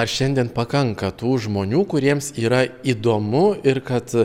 ar šiandien pakanka tų žmonių kuriems yra įdomu ir kad